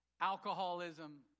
alcoholism